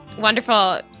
Wonderful